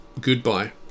Goodbye